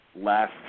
Last